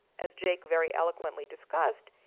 as jake very eloquently discussed,